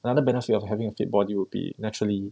another benefit of having a fit body will be naturally